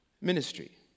ministry